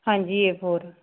ਹਾਂਜੀ A four